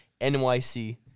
NYC